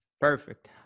Perfect